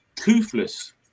Toothless